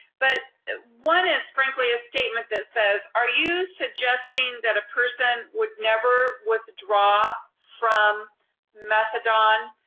but one is frankly a statement that says, are you suggesting that a person would never withdraw from methadone?